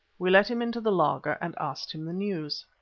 we let him into the laager and asked him the news.